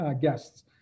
guests